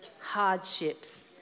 hardships